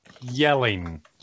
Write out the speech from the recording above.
yelling